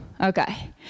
Okay